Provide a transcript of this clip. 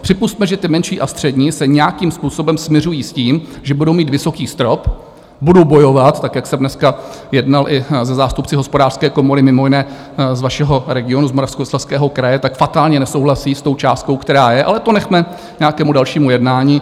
Připusťme, že ty menší a střední se nějakým způsobem smiřují s tím, že budou mít vysoký strop, budou bojovat, tak jak jsem dneska jednal i se zástupci Hospodářské komory mimo jiné z vašeho regionu, z Moravskoslezského kraje, tak fatálně nesouhlasí s tou částkou, která je, ale to nechme k nějakému dalšímu jednání.